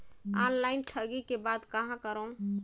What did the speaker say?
Online ठगी के बाद कहां करों?